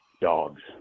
Dogs